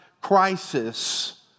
crisis